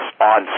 on